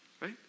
right